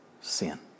Sin